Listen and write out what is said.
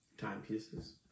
Timepieces